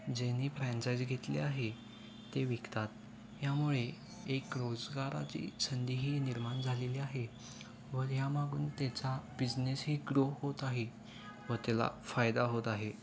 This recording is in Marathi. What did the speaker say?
ज्यानी फ्रॅचाईजी घेतली आहे ते विकतात यामुळे एक रोजगाराची संधीही निर्माण झालेली आहे व यामागून त्याचा बिझनेसही ग्रो होत आहे व त्याला फायदा होत आहे